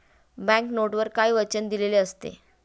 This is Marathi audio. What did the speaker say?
बँक नोटवर काय वचन दिलेले असते?